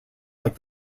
like